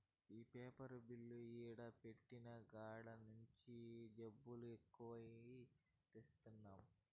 ఈ paper mill ఈడ పెట్టిన కాడి నుంచే జబ్బులు ఎక్కువై చత్తన్నాము